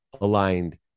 aligned